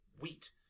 wheat